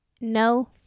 No